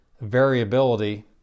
variability